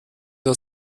der